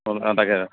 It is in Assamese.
অ' তাকে